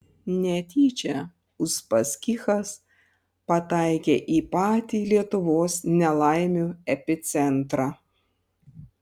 netyčia uspaskichas pataikė į patį lietuvos nelaimių epicentrą